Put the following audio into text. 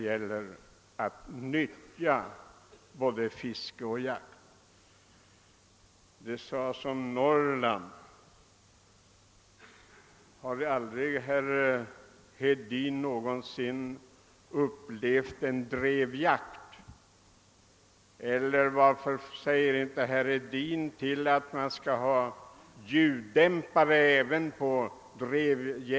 Det talades om Norrland. Har herr Hedin aldrig upplevt en drevjakt? Varför kräver herr Hedin inte att man skall ha ljuddämpare även på dreven?